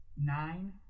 nine